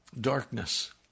darkness